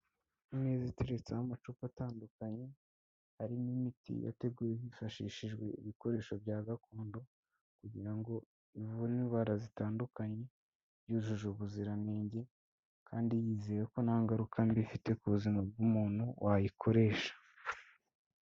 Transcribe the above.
Iteretseho amacupa atandukanye hari n'imiti hifashishijwe ibikoresho bya gakondo kugira ngo ivure indwara zitandukanye yujuje ubuziranenge kandi yizeye ko nta ngaruka mbi ifite ku buzima bw'umuntu wayikoresha,